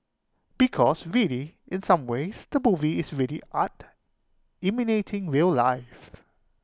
because really in some ways the movie is really art imitating real life